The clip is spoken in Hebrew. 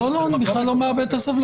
לא, אני בכלל לא מאבד את הסבלנות.